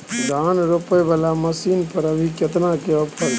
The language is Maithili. धान रोपय वाला मसीन पर अभी केतना के ऑफर छै?